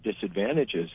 disadvantages